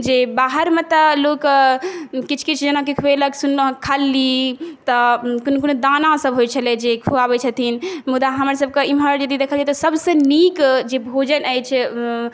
जे बाहरमे तऽ लोक किछु किछु जेना कि खुएलक सुनलहुॅं हन खल्ली तऽ कोनो कोनो दाना सब होइ छलै जे खुआबै छथिन मुदा हमर सबके एमहर जदि देखल जाइ तऽ सब से नीक जे भोजन अछि